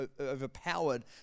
overpowered